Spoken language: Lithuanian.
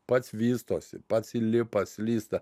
pats vystosi pats lipa slysta